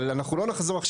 אבל, אנחנו לא נחזור עכשיו.